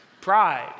Pride